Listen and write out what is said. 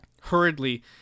hurriedly